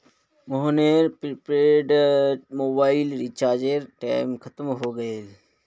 मोहनेर prepaid mobile रीचार्जेर time खत्म हय गेल छे